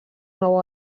nou